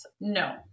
No